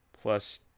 plus